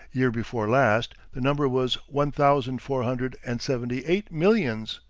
year before last the number was one thousand four hundred and seventy-eight millions.